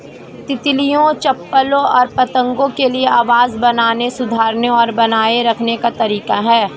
तितलियों, चप्पलों और पतंगों के लिए आवास बनाने, सुधारने और बनाए रखने का तरीका है